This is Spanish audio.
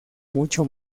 mucho